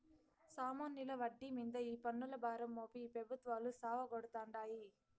సామాన్యుల నడ్డి మింద ఈ పన్నుల భారం మోపి ఈ పెబుత్వాలు సావగొడతాండాయి